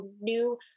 new